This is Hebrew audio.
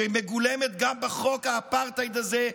שמגולמת גם בחוק האפרטהייד הזה,